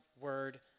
word